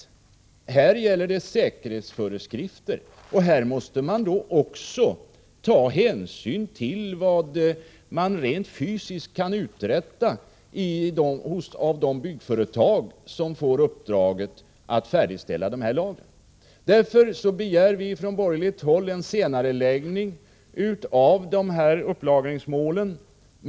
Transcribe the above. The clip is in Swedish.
I fråga om detta måste säkerhetsföreskrifter gälla, och man måste också ta hänsyn till vad de byggföretag som får uppdraget att färdigställa dessa lager rent fysiskt kan uträtta. Från borgerligt håll begär vi därför en senareläggning med ett resp. två år av upplagringsmålen.